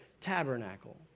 tabernacle